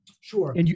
Sure